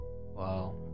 Wow